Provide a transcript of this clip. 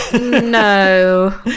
No